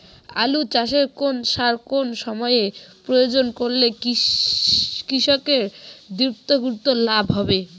আলু চাষে কোন সার কোন সময়ে প্রয়োগ করলে কৃষকের দ্বিগুণ লাভ হবে?